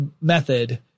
method